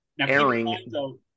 airing